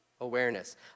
awareness